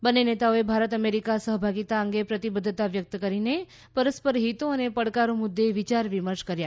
બંને નેતાઓએ ભારત અમેરીકા સહભાગીતા અંગે પ્રતિબધ્ધતા વ્યકત કરી ને પરસ્પર હિતો અને પડકારો મુદ્દે વિચાર વિમર્શ કર્યા